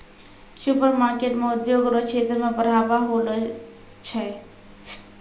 supermarket से उद्योग रो क्षेत्र मे बढ़ाबा होलो छै